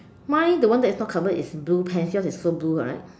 mine the one that is not covered is blue pants yours is also blue right